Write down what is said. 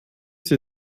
sie